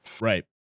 Right